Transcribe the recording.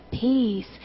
peace